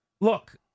Look